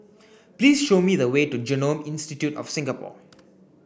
please show me the way to Genome Institute of Singapore